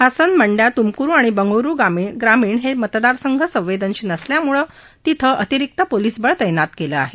हासन मंड्या तुमकुरु आणि बंगळुरु ग्रामीण हे मतदारसंघ संवेदनशील असल्यानं तिथं अतिरिक्त पोलीस बळ तैनात केलं आहे